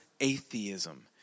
atheism